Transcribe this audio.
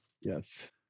Yes